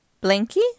Blinky